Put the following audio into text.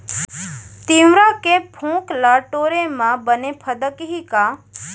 तिंवरा के फोंक ल टोरे म बने फदकही का?